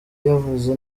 yavuze